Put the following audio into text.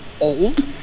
Old